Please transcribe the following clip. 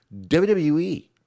WWE